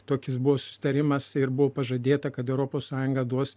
tokius buvo susitarimas ir buvo pažadėta kad europos sąjunga duos